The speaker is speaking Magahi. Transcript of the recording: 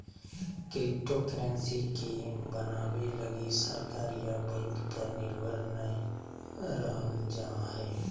क्रिप्टोकरेंसी के बनाबे लगी सरकार या बैंक पर निर्भर नय रहल जा हइ